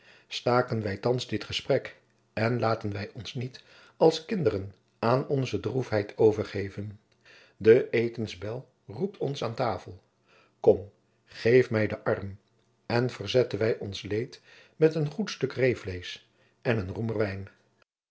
staken wij thands dit gesprek en laten wij ons niet als kinderen aan onze droefheid overgeven de etensbel roept ons aan tafel kom geef mij uw arm en verzetten wij ons leed met een goed stuk reevleesch en een roemer wijn